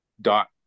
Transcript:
dot